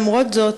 למרות זאת,